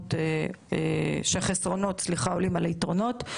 שהחסרונות עולים על היתרונות,